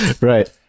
Right